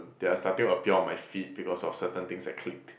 they are starting to appear on my feed because of certain things I clicked